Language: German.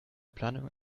planung